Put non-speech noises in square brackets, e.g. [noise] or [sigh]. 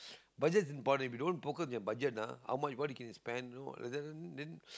budget is important if you don't focus your budget ah how much what you can spend then then [breath]